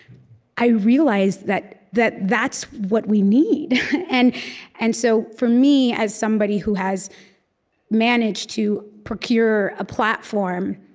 i realized that that that's what we need and and so, for me, as somebody who has managed to procure a platform,